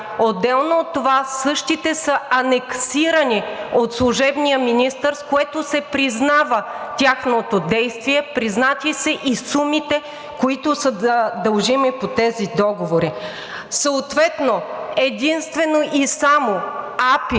Отделно от това същите са анексирани от служебния министър, с което се признава тяхното действие, признати са и сумите, които са дължими по тези договори. Съответно единствено и само АПИ